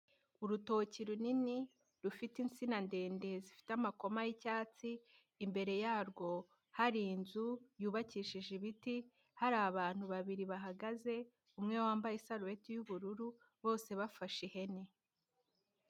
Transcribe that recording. Urutoki runini rufite insina ndende zifite amakoma y'icyatsi, imbere yarwo hari inzu yubakishije ibiti, hari abantu babiri bahagaze umwe wambaye isarubeti y'ubururu bose bafashe ihene.